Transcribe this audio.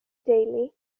deulu